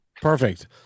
perfect